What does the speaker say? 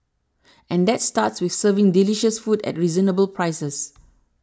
and that starts with serving delicious food at reasonable prices